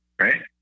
Right